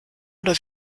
oder